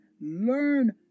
Learn